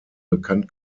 bekannt